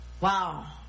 Wow